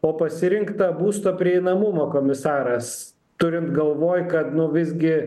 o pasirinkta būsto prieinamumo komisaras turint galvoj kad nu visgi